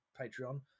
patreon